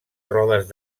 rodes